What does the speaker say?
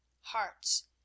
Hearts